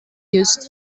used